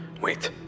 Wait